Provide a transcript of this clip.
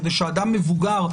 כדי שאדם מבוגר,